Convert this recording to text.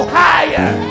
higher